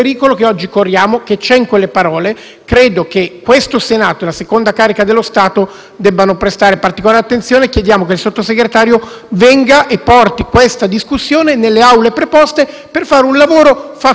Credo che questo Senato e la seconda carica dello Stato debbano prestare particolare attenzione. Chiediamo che il Sottosegretario venga e porti questa discussione nelle Aule preposte per un lavoro fatto bene, a cui non ci sottrarremo.